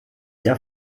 jahr